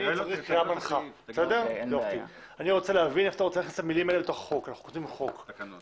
אני רוצה להבין היכן אתה רוצה להכניס את המילים האלה לתוך התקנות.